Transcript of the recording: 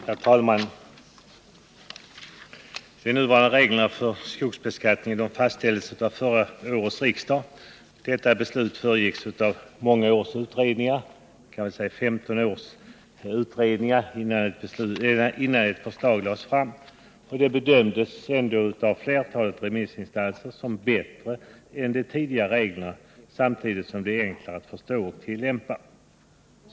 Herr talman! De nuvarande reglerna för skogsbeskattningen fastställdes av förra årets riksmöte. Detta beslut föregicks av många — ungefär 15 — års utredningar innan ett förslag lades fram. De nya reglerna bedömdes av flertalet remissinstanser som bättre än tidigare regler samtidigt som de är enklare att förstå och tillämpa.